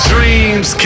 Dreams